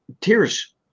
tears